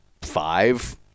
five